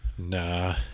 Nah